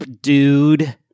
Dude